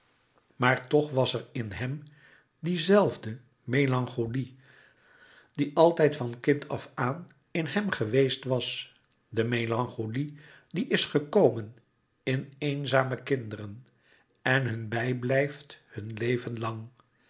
maar toch was er in hem die zelfde melancholie die altijd van kind af aan in hem geweest was de melancholie die is gekomen in eenzame kinderen en hun bijblijft hun leven lang